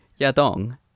Yadong